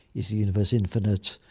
is universe infinite?